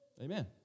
Amen